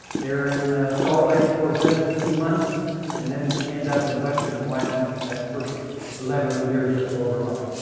they're in salt lake for just a few months and then end up in western wyoming in that first eleven years or so of her life.